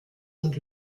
und